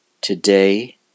Today